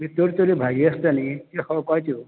तर तरेच्यो भाजी आसता न्ही त्यो खावपाच्यो